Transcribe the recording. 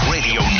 Radio